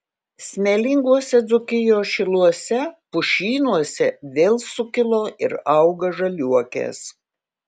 smėlinguose dzūkijos šiluose pušynuose vėl sukilo ir auga žaliuokės